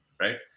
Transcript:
right